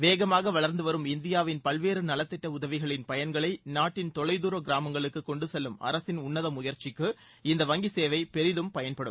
வேகமாக வளர்ந்துவரும் இந்தியாவின் பல்வேறு நலத்திடட உதவிகளின் பயன்களை நாட்டின் தொலைதூர கிராமங்களுக்கு கொண்டுசெல்லும் அரசின் உன்னத முயற்சிக்கு இந்த வங்கி சேவை பெரிதும் பயன்படும்